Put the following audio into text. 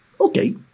Okay